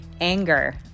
anger